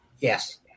Yes